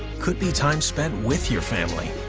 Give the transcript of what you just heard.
could be time spent with your family.